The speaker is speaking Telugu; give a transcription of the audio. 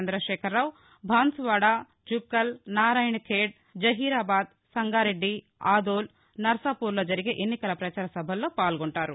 చంద్రశేఖరరావు బాన్సువాడ జుక్కల్ నారాయణ్ ఖేడ్ జహీరాబాద్ సంగారెడ్డి అందోల్ నర్సాపూర్ లో జరిగే ఎన్నికల పచార సభల్లో పాల్గొంటారు